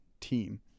team